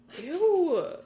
Ew